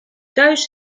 thuis